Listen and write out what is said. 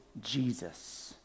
Jesus